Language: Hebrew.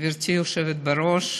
גברתי היושבת בראש,